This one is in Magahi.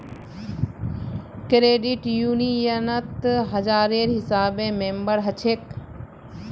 क्रेडिट यूनियनत हजारेर हिसाबे मेम्बर हछेक